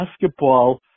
basketball